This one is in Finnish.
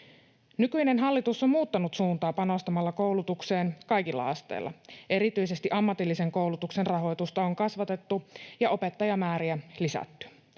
Nykyinen hallitus on muuttanut suuntaa panostamalla koulutukseen kaikilla asteilla. Erityisesti ammatillisen koulutuksen rahoitusta on kasvatettu ja opettajamääriä lisätty.